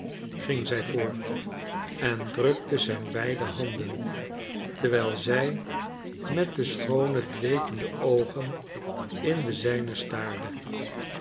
ging zij voort en drukte zijn beide handen terwijl zij met de schoone dwepende oogen in de zijne staarde